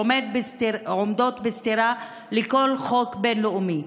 ועומדים בסתירה לכל חוק בין-לאומי.